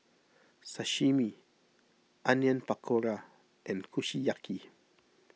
Sashimi Onion Pakora and Kushiyaki